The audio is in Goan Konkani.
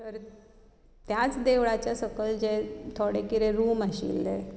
तर त्याच देवळाचे सकयल जे थोडे कितें रूम आशिल्ले